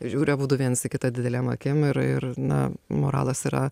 žiūri abudu viens į kitą didelėm akim ir ir na moralas yra